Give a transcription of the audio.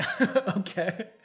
okay